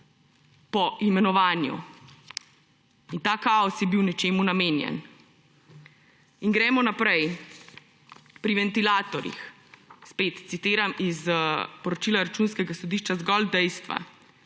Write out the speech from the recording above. po imenovanju. Ta kaos je bil nečemu namenjen. Gremo naprej. Pri ventilatorjih. Spet, citiram iz poročila Računskega sodišča zgolj dejstva,